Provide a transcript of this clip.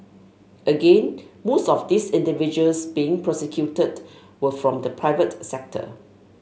again most of these individuals being prosecuted were from the private sector